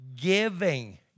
Giving